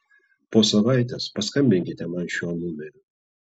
po savaitės paskambinkite man šiuo numeriu